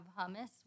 hummus